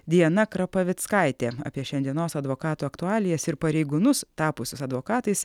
diana krapavickaitė apie šiandienos advokatų aktualijas ir pareigūnus tapusius advokatais